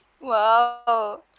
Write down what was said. Wow